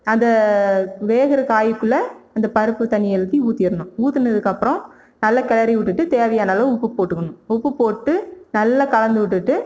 அந்த வேகுற காய்க்குள்ளே அந்த பருப்பு தண்ணியை எடுத்து ஊற்றிட்ணும் ஊற்றுனதுக்கப்றம் நல்ல கிளறி விட்டுட்டு தேவையான அளவு உப்பு போட்டுக்கணும் உப்பு போட்டுகிட்டு நல்லா கலந்து விட்டுட்டு